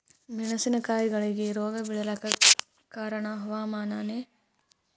ಮೆಣಸಿನ ಕಾಯಿಗಳಿಗಿ ರೋಗ ಬಿಳಲಾಕ ಕಾರಣ ಹವಾಮಾನನೇ?